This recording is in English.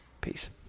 Peace